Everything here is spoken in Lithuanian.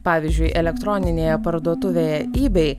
pavyzdžiui elektroninėje parduotuvėje ebay